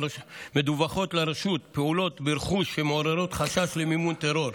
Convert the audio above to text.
מדווחות לרשות פעולות ברכוש שמעוררות חשש למימון טרור,